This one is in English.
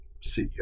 CEO